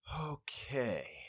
Okay